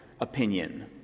opinion